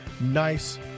Nice